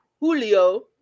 Julio